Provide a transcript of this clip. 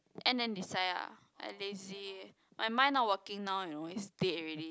end then decide lah I lazy my mind not working noe you know it's dead already